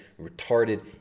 retarded